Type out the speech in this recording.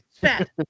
Bad